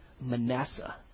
Manasseh